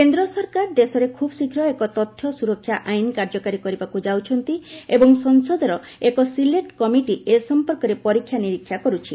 କେନ୍ଦ୍ର ସରକାର ଦେଶରେ ଖିବଶୀଘ୍ ଏକ ତଥ୍ୟ ସ୍ତରକ୍ଷା ଆଇନ କାର୍ଯ୍ୟକାରୀ କରିବାକୁ ଯାଉଛନ୍ତି ଏବଂ ସଂସଦର ଏକ ସିଲେକୁ କମିଟି ଏ ସଫପର୍କରେ ପରୀକ୍ଷା ନିରୀକ୍ଷା କରୁଛି